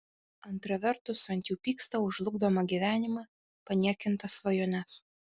antra vertus ant jų pyksta už žlugdomą gyvenimą paniekintas svajones